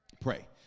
pray